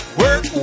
work